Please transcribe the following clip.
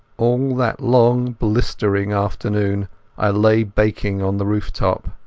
all that long blistering afternoon i lay baking on the rooftop.